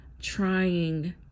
trying